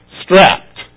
strapped